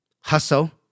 hustle